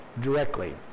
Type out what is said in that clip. directly